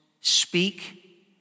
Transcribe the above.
speak